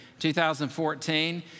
2014